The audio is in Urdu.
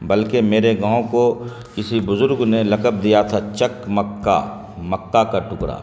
بلکہ میرے گاؤں کو کسی بزرگ نے لقب دیا تھا چکمکہ مکہ کا ٹکرا